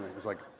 it's like,